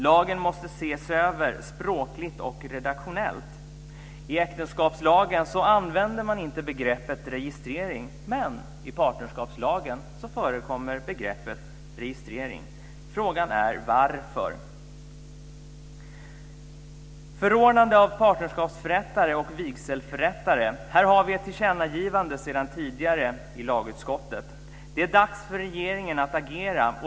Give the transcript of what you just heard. Lagen måste ses över språkligt och redaktionellt. I äktenskapslagen använder man inte begreppet "registrering", men i partnerskapslagen förekommer det. Frågan är varför. När det gäller frågan om förordande av partnerskapsförrättare och vigselförrättare har vi ett tillkännagivande sedan tidigare i lagutskottet. Det är dags för regeringen att agera.